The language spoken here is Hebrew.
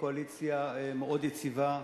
קואליציה מאוד יציבה.